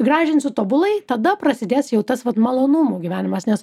gražinsiu tobulai tada prasidės jau tas vat malonumų gyvenimas nes